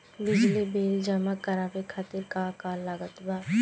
बिजली बिल जमा करावे खातिर का का लागत बा?